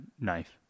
knife